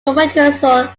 controversial